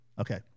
okay